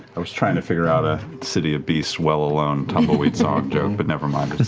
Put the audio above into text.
i was trying to figure out a city of beasts well alone tumbleweeds song joke, but never mind.